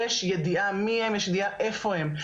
יש ידיעה מי הן ויש ידיעה איפה הן,